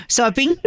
Shopping